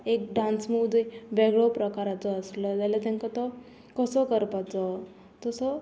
एक dance move जंय वेगळो प्रकाराचो आसलो जाल्यार तेंकां तो कसो करपाचो तसो